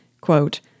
quote